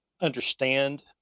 understand